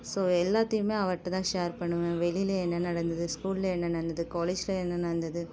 so எல்லாத்தையுமே அவள்கிட்டதான் share பண்ணுவேன் வெளியில் என்ன நடந்தது ஸ்கூல்ல என்ன நடந்தது காலேஜ்ல என்ன நடந்தது